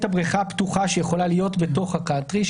הבריכה הפתוחה שיכולה להיות בתוך הקאנטרי,